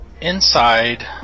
inside